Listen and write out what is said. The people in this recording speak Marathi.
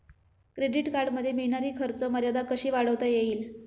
क्रेडिट कार्डमध्ये मिळणारी खर्च मर्यादा कशी वाढवता येईल?